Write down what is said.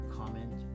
comment